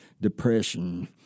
depression